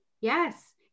yes